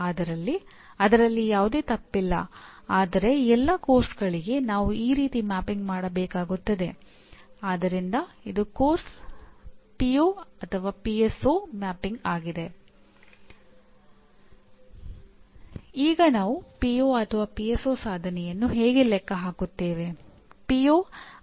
ಆದ್ದರಿಂದ ನೀವು ಅದನ್ನು ಹೇಗೆ ನೋಡುತ್ತೀರಿ ಎಂಬುದರ ಮೇಲೆ ಅವಲಂಬಿತವಾಗಿರುತ್ತದೆ ಇದು ಮಾರ್ಗಸೂಚಿಗಳು ಅಥವಾ ನಿರ್ಬಂಧಗಳಾಗಿರುತ್ತದೆ